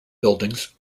buildings